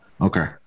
okay